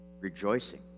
rejoicing